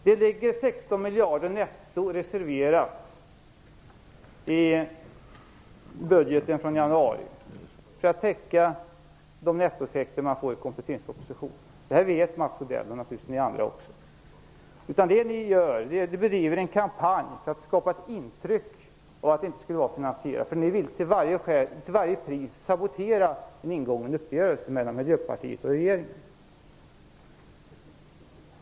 Det finns 16 miljarder netto reserverade i budgeten från januari för att täcka nettoeffekterna i kompletteringspropositionen. Det vet Mats Odell och naturligtvis ni andra också. Ni bedriver en kampanj för att skapa ett intryck av att RAS inte skulle vara finansierat, eftersom ni till varje pris vill sabotera en ingången uppgörelse mellan Miljöpartiet och regeringen.